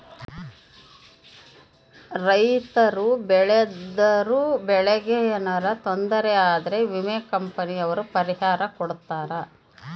ರೈತರು ಬೆಳ್ದಿರೋ ಬೆಳೆ ಗೆ ಯೆನರ ತೊಂದರೆ ಆದ್ರ ವಿಮೆ ಕಂಪನಿ ಅವ್ರು ಪರಿಹಾರ ಕೊಡ್ತಾರ